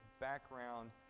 background